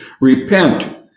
repent